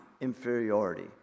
inferiority